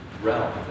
realm